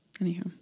Anyhow